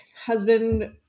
husband